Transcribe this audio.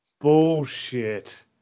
Bullshit